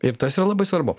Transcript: ir tas yra labai svarbu